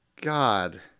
God